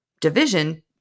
division